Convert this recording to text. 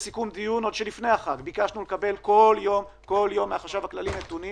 בסיכום דיון שלפני החג ביקשנו לקבל כל יום מהחשב הכללי נתונים